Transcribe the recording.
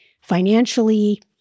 financially